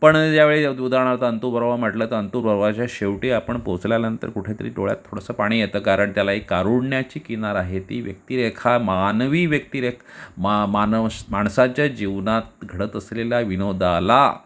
पण यावेळी उदारणार्थ अंतू बर्वा म्हटलं तर अंतू बर्वाच्या शेवटी आपण पोहचल्यानंतर कुठंतरी डोळ्यात थोडसं पाणी येतं कारण त्याला एक कारुण्याची किनार आहे ती व्यक्तिरेखा मानवी व्यक्तिरेखा मा मानव माणसाच्या जीवनात घडत असलेल्या विनोदाला